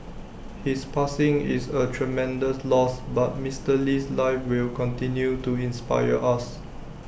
his passing is A tremendous loss but Mister Lee's life will continue to inspire us